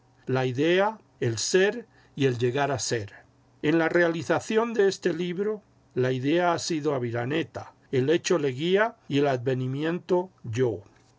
la idea el ser y el llegar a ser en la realización de este libro la idea ha sido aviraneta el hecho leguía y el advenimiento yo